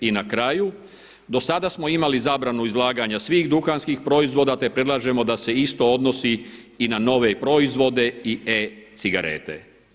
I na kraju, do sada smo imali zabranu izlaganja svih duhanskih proizvoda, te predlažemo da se isto odnosi i na nove proizvode i na e-cigarete.